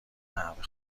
قهوه